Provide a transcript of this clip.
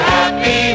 Happy